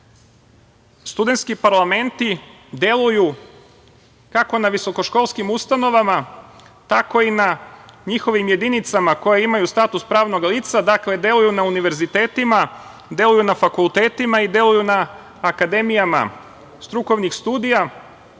SKAS-u. Studentski parlamenti deluju kako na visokoškolskim ustanovama, tako i na njihovim jedinicama koje imaju status pravnog lica. Dakle, deluju na univerzitetima, deluju na fakultetima i deluju na akademijama strukovnih studija. Kao